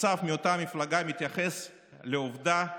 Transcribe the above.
נוסף מאותה המפלגה מתייחס לעובדה,